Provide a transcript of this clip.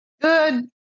Good